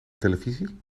televisie